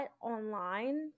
online